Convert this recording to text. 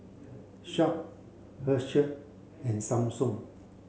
Sharp Herschel and Samsung